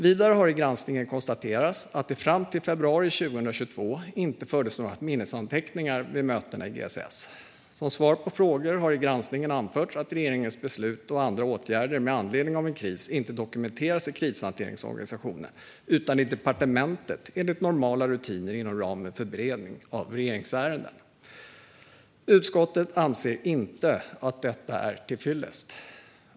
Vidare har det i granskningen konstaterats att det fram till februari 2022 inte fördes några minnesanteckningar vid mötena i GSS. Som svar på frågor har i granskningen anförts att regeringens beslut och andra åtgärder med anledning av en kris inte dokumenteras i krishanteringsorganisationen utan i departementet enligt normala rutiner inom ramen för beredning av regeringsärenden. Utskottet anser inte att detta är till fyllest.